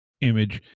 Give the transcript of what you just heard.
image